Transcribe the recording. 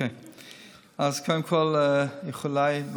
אז קודם כול איחוליי.